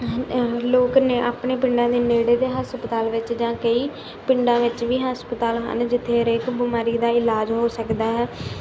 ਲੋਕ ਨੇ ਆਪਣੇ ਪਿੰਡਾਂ ਦੇ ਨੇੜੇ ਦੇ ਹਸਪਤਾਲ ਵਿੱਚ ਜਾਂ ਕਈ ਪਿੰਡਾਂ ਵਿੱਚ ਵੀ ਹਸਪਤਾਲ ਹਨ ਜਿੱਥੇ ਹਰੇਕ ਬਿਮਾਰੀ ਦਾ ਇਲਾਜ ਹੋ ਸਕਦਾ ਹੈ